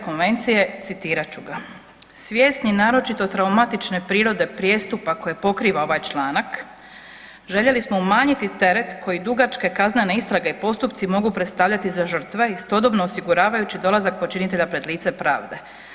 Konvencije, citirat ću ga „Svjesni naročito traumatične prirode prijestupa koje pokriva ovaj članak, željeli smo umanjiti teret koji dugačke kaznene istrage i postupci mogu predstavljati za žrtve, istodobno osiguravajući dolazak počinitelja pred lice pravde.